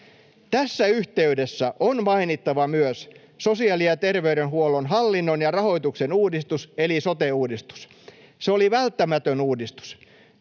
Tässä yhteydessä on mainittava myös sosiaali- ja terveydenhuollon hallinnon ja rahoituksen uudistus eli sote-uudistus. Se oli välttämätön uudistus.